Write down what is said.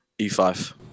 E5